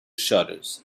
shutters